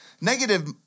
negative